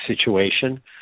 situation